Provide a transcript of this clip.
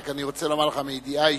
אני רוצה לומר לך מידיעה אישית,